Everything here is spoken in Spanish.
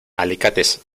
alicates